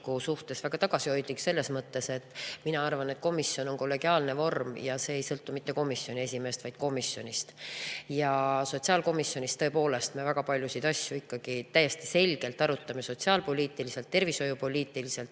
suhtes väga tagasihoidlik, selles mõttes, et minu arvates komisjon on kollegiaalne vorm ja see ei sõltu mitte komisjoni esimehest, vaid komisjonist. Sotsiaalkomisjonis tõepoolest me väga paljusid asju ikkagi täiesti selgelt arutame sotsiaalpoliitiliselt, tervishoiupoliitiliselt,